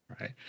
right